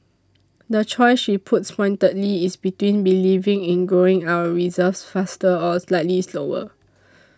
the choice she puts pointedly is between believing in growing our reserves faster or slightly slower